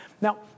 Now